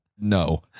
No